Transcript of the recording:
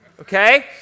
okay